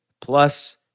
plus